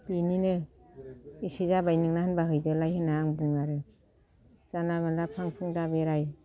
बिनिनो एसे जाबाय नोंना होनबा हैदोलाय होनना आं बुङो आरो जानला मोनला फां फुं दाबेराय